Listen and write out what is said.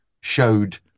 showed